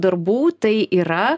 darbų tai yra